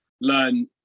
learn